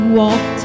walk